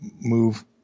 move